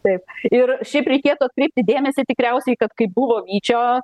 taip ir šiaip reikėtų atkreipti dėmesį tikriausiai kad kaip buvo vyčio